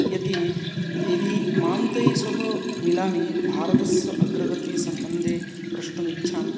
यदि यदि मां तैः सह मिलामि भारतस्य अग्रगति सम्बन्धे प्रष्टुमिच्छामि